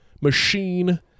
machine